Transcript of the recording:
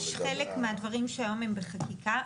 יש חלק מהדברים שהיום הם בחקיקה,